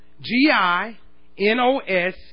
g-i-n-o-s